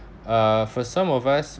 uh for some of us